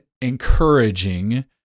encouraging